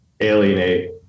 alienate